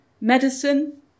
medicine